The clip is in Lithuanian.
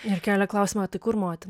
ir kelia klausimą tai kur motina